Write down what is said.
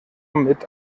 mit